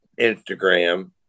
Instagram